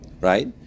right